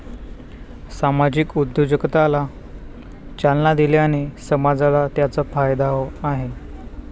सामाजिक उद्योजकतेला चालना दिल्याने समाजाला त्याचा फायदा आहे